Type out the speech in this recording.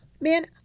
Man